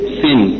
sin